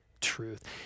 truth